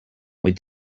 wait